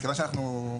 מכיוון שאנחנו,